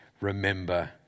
Remember